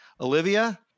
Olivia